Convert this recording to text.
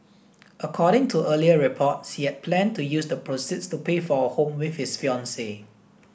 according to earlier reports he had planned to use the proceeds to pay for a home with his fiancee